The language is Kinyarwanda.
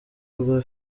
rwa